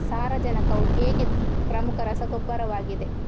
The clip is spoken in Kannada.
ಸಾರಜನಕವು ಏಕೆ ಪ್ರಮುಖ ರಸಗೊಬ್ಬರವಾಗಿದೆ?